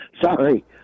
Sorry